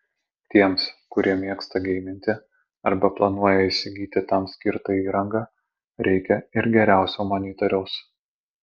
tiems kurie mėgsta geiminti arba planuoja įsigyti tam skirtą įrangą reikia ir geriausio monitoriaus